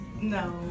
no